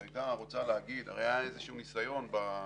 הרי היה איזשהו ניסיון בשנה,